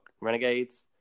Renegades